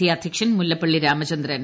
C അദ്ധ്യ ക്ഷൻ മുല്ലപ്പള്ളി രാമചൂന്ദ്ൻ